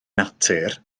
natur